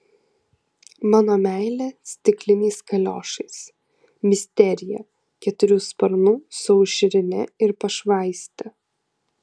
mano meilė stikliniais kaliošais misterija keturių sparnų su aušrine ir pašvaiste